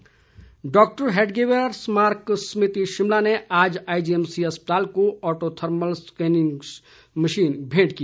हैडगेवार समिति डॉक्टर हेडगेवार स्मारक समिति शिमला ने आज आईजीएमसी अस्पताल को ओटो थर्मल स्केनिंग मशीन भेंट की